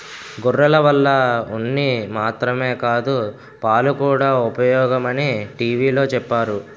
గొర్రెల వల్ల ఉన్ని మాత్రమే కాదు పాలుకూడా ఉపయోగమని టీ.వి లో చెప్పేరు